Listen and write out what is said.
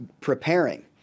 preparing